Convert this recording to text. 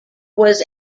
was